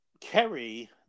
Kerry